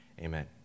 Amen